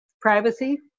privacy